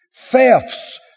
Thefts